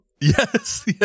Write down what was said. Yes